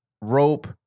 rope